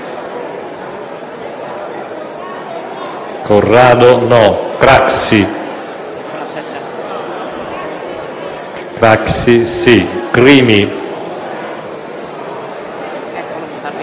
Ciriani De Bertoldi,